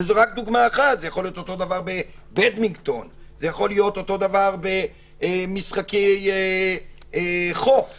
זאת רק דוגמה אחת ואותו דבר גם בבדמינגטון או במשחקי חוף מסוימים.